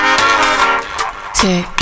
tick